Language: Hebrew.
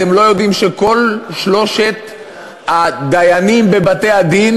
אתם לא יודעים שכל שלושת הדיינים בבתי-הדין